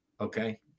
Okay